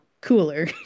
cooler